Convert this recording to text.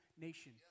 nation